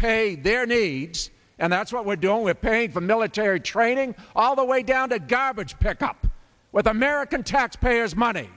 pay their needs and that's what we're doing we're paying for military training all the way down to garbage pickup with american taxpayers money